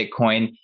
Bitcoin